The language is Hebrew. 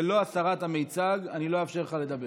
ללא הסרת המיצג אני לא אאפשר לך לדבר.